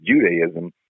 Judaism